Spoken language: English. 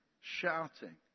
Shouting